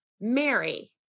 Mary